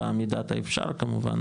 במידת האפשר כמובן,